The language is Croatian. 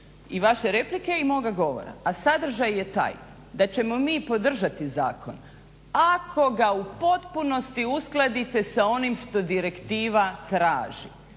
i vaše replike i moga govora, a sadržaj je taj da ćemo mi podržati zakon ako ga u potpunosti uskladite sa onim što direktiva tražim.